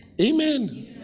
Amen